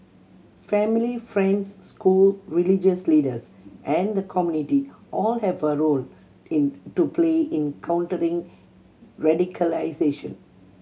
family friends school religious leaders and the community all have a role in to play in countering radicalisation